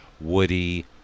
Woody